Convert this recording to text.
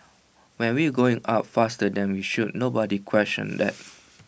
when we were going up faster than we should nobody questioned that